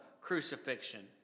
crucifixion